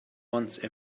once